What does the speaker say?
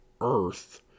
earth